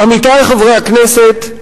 עמיתי חברי הכנסת,